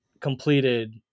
completed